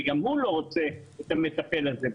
וגם הוא לא רוצה את המטפל הזה.